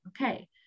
okay